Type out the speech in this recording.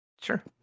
Sure